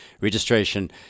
registration